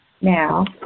Now